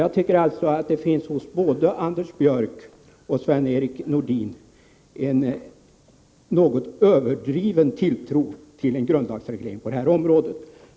Jag tycker alltså att det hos både Anders Björck och Sven-Erik Nordin finns en något överdriven tilltro till en grundlagsreglering på det här området.